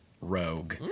rogue